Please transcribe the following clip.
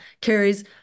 carries